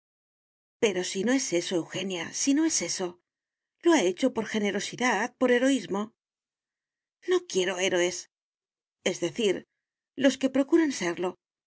pero si no es eso eugenia si no es eso lo ha hecho por generosidad por heroísmo no quiero héroes es decir los que procuran serlo